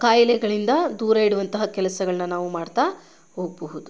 ಕಾಯಿಲೆಗಳಿಂದ ದೂರ ಇಡುವಂತಹ ಕೆಲಸಗಳ್ನ ನಾವು ಮಾಡ್ತಾ ಹೋಗಬಹುದು